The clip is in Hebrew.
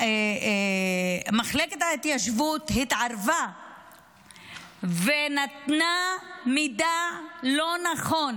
מחלקת ההתיישבות התערבה ונתנה לבנקים מידע לא נכון